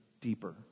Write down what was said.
deeper